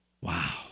wow